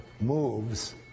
moves